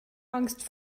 angst